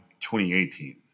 2018